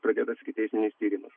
pradėtas ikiteisminis tyrimas